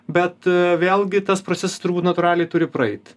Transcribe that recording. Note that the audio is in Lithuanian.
bet vėlgi tas procesas turbūt natūraliai turi praeit